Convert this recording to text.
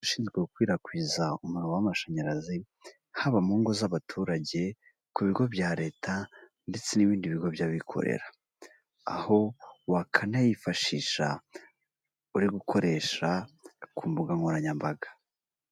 Abashinzwe gukwirakwiza umuriro w'amashanyarazi haba mu ngo z'abaturage, ku bigo bya leta ndetse n'ibindi bigo by'abikorera, aho wanayifashisha uri gukoresha ku mbugankoranyambaga.